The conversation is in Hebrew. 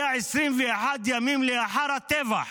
זה היה 21 ימים לאחר הטבח.